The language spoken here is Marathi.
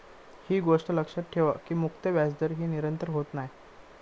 ही गोष्ट लक्षात ठेवा की मुक्त व्याजदर ही निरंतर होत नाय